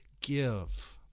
give